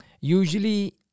Usually